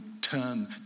turn